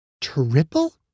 Triple